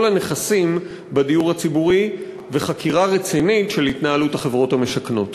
הנכסים בדיור הציבורי וחקירה רצינית של התנהלות החברות המשכנות?